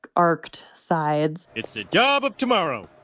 arced sides it's the job of tomorrow,